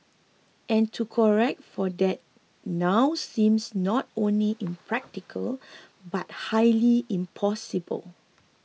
and to correct for that now seems not only impractical but highly impossible